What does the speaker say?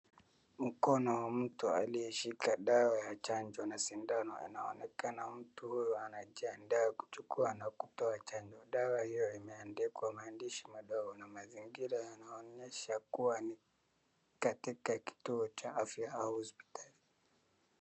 Mkono wa mtu aliyeshika dawa ya chanjo na sindano yanaonekana mtu huyu anajiandaa kuchukua na kutoa chanjo, dawa hiyo imeandikwa maandishi mandogo na mazingira yanaonyesha kuwa ni katika kituo cha afya au hospitalini.